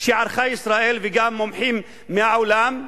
שערכה ישראל, וגם מומחים מהעולם,